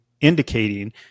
indicating